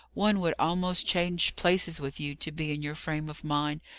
one would almost change places with you, to be in your frame of mind,